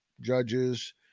judges